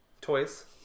Toys